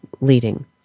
leading